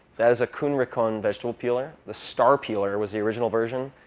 that is a kuhn rikon vegetable peeler. the star peeler was the original version.